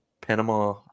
Panama